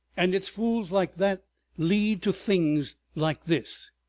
and it's fools like that lead to things like this!